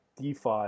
DeFi